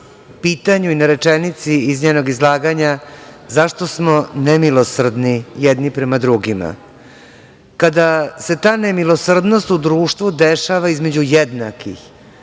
pitanju i na rečenici iz njenog izlaganja zašto smo nemilosrdni jedni prema drugima. Kada se ta nemilosrdnost u društvu dešava između jednakih,